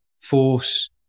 force